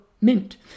mint